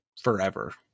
Forever